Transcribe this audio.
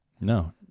No